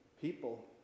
people